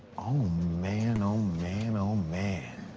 oh man, oh man, oh man.